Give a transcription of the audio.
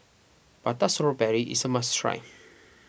Prata Strawberry is a must try